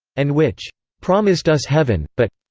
and which promised us heaven, but.